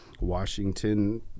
washington